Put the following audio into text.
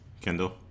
Kendall